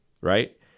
right